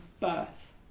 birth